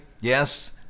Yes